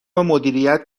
مدیریت